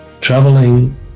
Traveling